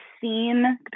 seen